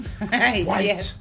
White